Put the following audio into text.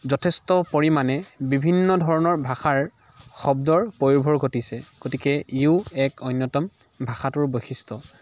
যথেষ্ট পৰিমানে বিভিন্ন ধৰণৰ ভাষাৰ শব্দৰ প্ৰয়োভৰ ঘটিছে গতিকে ইয়ো এক অন্যতম ভাষাটোৰ বৈশিষ্ট্য়